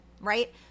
right